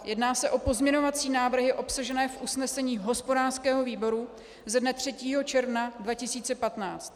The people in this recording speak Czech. Jedná se o pozměňovací návrhy obsažené v usnesení hospodářského výboru ze dne 3. června 2015.